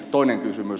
toinen kysymys